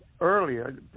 earlier